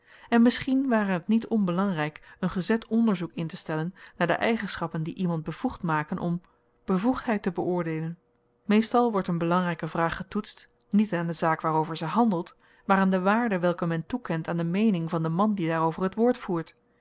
en misschien ware het niet onbelangryk een gezet onderzoek intestellen naar de eigenschappen die iemand bevoegd maken om bevoegdheid te beoordeelen meestal wordt een belangryke vraag getoetst niet aan de zaak waarover ze handelt maar aan de waarde welke men toekent aan de meening van den man die daarover t woord voert